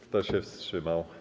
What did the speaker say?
Kto się wstrzymał?